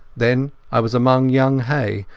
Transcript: then i was among young hay,